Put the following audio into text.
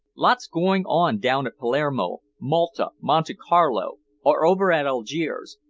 lots going on down at palermo, malta, monte carlo, or over at algiers,